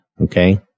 Okay